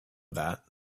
that